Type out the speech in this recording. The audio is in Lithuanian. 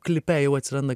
klipe jau atsiranda